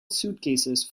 suitcases